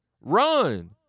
Run